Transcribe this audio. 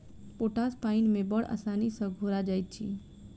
potash पाइन मे बड़ आसानी सॅ घोरा जाइत अछि